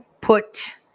put